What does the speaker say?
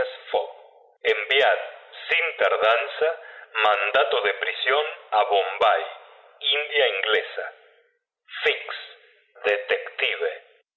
enviad sin tardanza mandato de prisión a bombay india inglesa fix detective